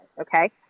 okay